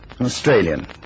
Australian